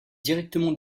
directement